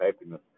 happiness